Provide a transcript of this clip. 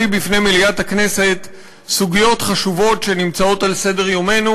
בפני מליאת הכנסת סוגיות חשובות שנמצאות על סדר-יומנו